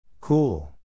Cool